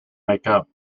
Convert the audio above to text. makeup